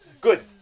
Good